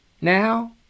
Now